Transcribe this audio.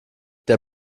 der